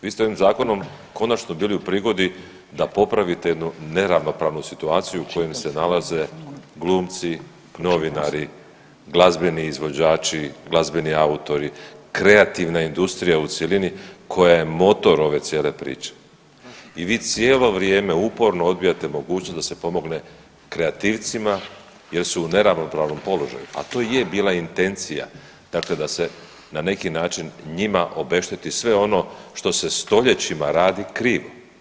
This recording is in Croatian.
Vi ste ovim zakonom konačno bili u prigodi da popravite jednu neravnopravnu situaciju u kojoj se nalaze glumci, novinari, glazbeni izvođači, glazbeni autori, kreativna industrija u cjelini koja je motor ove cijele priče i vi cijelo vrijeme uporno odbijate mogućnost da se pomogne kreativcima jer su u neravnomjernom položaju, a to i je bila intencija dakle da se na neki način njima obešteti sve ono što se stoljećima radi krivo.